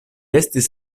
estis